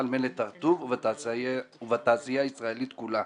"מלט הר-טוב" ובתעשייה הישראלית כולה.